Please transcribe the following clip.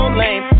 lame